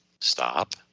stop